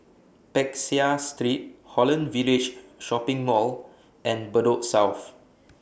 Peck Seah Street Holland Village Shopping Mall and Bedok South